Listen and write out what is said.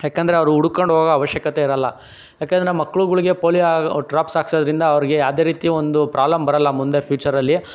ಯಾಕಂದರೇ ಅವರು ಹುಡ್ಕೊಂಡ್ ಹೋಗ ಅವಶ್ಯಕತೆ ಇರೋಲ್ಲ ಯಾಕೆಂದರೆ ಮಕ್ಳುಗಳಿಗೆ ಪೋಲಿಯೊ ಡ್ರಾಪ್ಸ್ ಹಾಕ್ಸದ್ರಿಂದ ಯಾವುದೆ ರೀತಿ ಒಂದು ಪ್ರಾಬ್ಲಮ್ ಬರೋಲ್ಲ ಮುಂದೆ ಫ್ಯೂಚರಲ್ಲಿ